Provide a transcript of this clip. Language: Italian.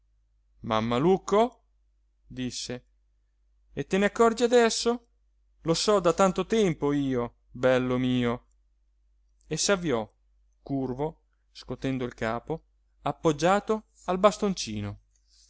spalle mammalucco disse e te ne accorgi adesso lo so da tanto tempo io bello mio e s'avviò curvo scotendo il capo appoggiato al bastoncino